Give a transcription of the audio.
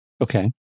Okay